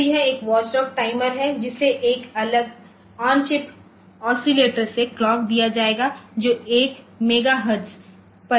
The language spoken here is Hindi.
तो यह एक वॉचडॉग टाइमर है जिसे एक अलग ओनचिप ओसीलेटर से क्लॉक दिया जाएगा जो 1 मेगा हर्ट्ज़ पर है